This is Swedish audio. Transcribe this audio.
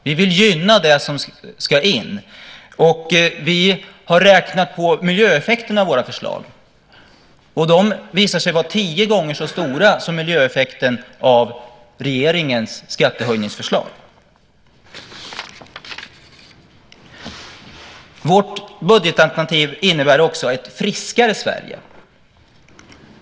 Vi vill gynna det som ska in. Vi har räknat på miljöeffekterna av våra förslag, och de visar sig vara tio gånger så stora som miljöeffekterna av regeringens skattehöjningsförslag. Vårt budgetalternativ innebär också ett friskare Sverige.